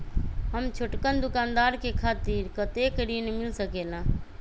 हम छोटकन दुकानदार के खातीर कतेक ऋण मिल सकेला?